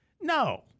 No